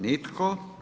Nitko.